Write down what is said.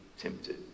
tempted